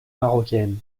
marocaine